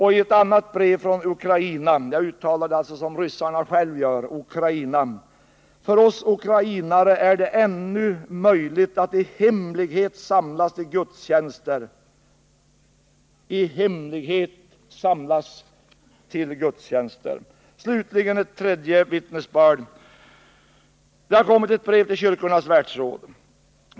I ett annat brev från Ukraina står det: ”För oss ukrainare är det ännu möjligt att i hemlighet samlas till gudstjänster.” Slutligen skall jag ge ett tredje vittnesbörd. Det har kommit ett brev till Kyrkornas världsråd.